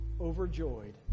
overjoyed